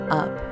up